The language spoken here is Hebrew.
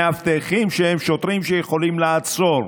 מאבטחים שהם שוטרים, שיכולים לעצור,